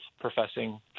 professing